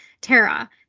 tara